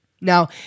Now